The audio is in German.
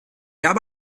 habe